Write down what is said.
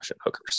hookers